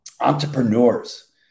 entrepreneurs